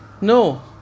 No